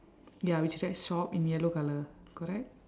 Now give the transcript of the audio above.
ya which is like shop in yellow colour correct